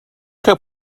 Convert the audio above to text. kan